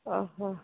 ହଁ